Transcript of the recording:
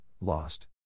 lost